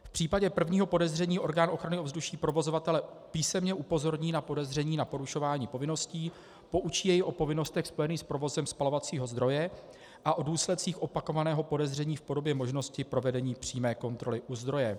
V případě prvního podezření orgánu ochrany ovzduší provozovatele písemně upozorní na podezření na porušování povinností, poučí jej o povinnostech spojených s provozem spalovacího zdroje a o důsledcích opakovaného podezření v podobě možnosti provedení přímé kontroly u zdroje.